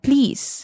Please